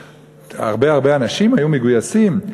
הרבה הרבה אנשים היו מגויסים.